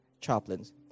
chaplains